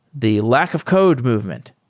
the lack of code movement.